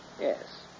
Yes